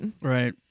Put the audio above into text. Right